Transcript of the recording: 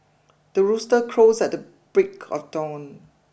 the rooster crows at the break of dawn